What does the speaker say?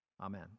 Amen